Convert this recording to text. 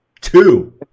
Two